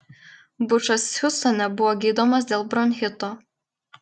bušas hiūstone buvo gydomas dėl bronchito